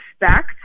expect